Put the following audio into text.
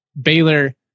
Baylor